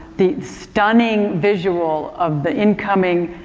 the stunning visual of the incoming,